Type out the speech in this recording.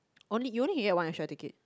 only you only can get one extra ticket